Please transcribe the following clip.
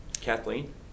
Kathleen